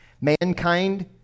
Mankind